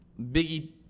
Biggie